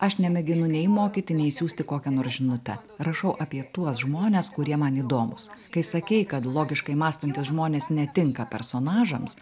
aš nemėginu nei mokyti nei siųsti kokią nors žinutę rašau apie tuos žmones kurie man įdomūs kai sakei kad logiškai mąstantys žmonės netinka personažams